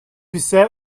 ise